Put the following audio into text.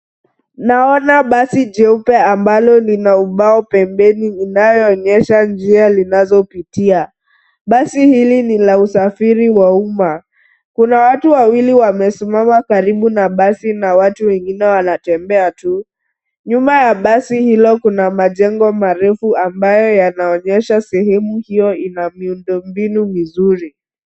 Naona basi jeupe ambalo lina ubao pembeni inayo onyesha njia linalopitia. Basi hili ni la usafiri wa umma, kuna watu wawili wamesimama karibu na basi na watu wengine wanatembea tu. Nyuma ya basi hilo kuna majengo marefu ambayo yanaonyesha sehemu hio ina miundo mbinu mizuri.